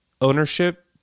ownership